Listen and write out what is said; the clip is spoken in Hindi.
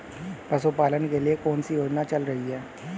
पशुपालन के लिए कौन सी योजना चल रही है?